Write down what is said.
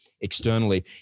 externally